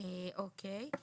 אוקיי.